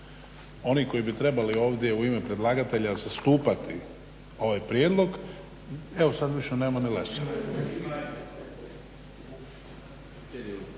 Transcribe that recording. oni koji bi trebali ovdje u ime predlagatelja zastupati ovaj prijedlog evo sad više nema ni Lesara.